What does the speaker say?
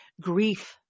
grief